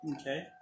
Okay